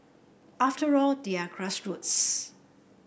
after all they are grassroots